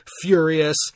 furious